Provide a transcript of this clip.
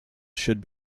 should